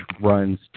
runs